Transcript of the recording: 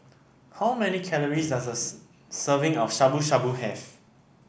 how many calories does a serving of Shabu Shabu have